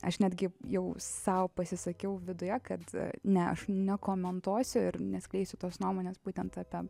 aš netgi jau sau pasisakiau viduje kad ne aš nekomentuosiu ir neskleisiu tos nuomonės būtent apie